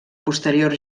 posterior